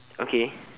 okay